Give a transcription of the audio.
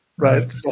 Right